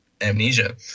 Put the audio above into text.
Amnesia